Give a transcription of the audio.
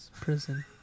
prison